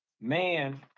man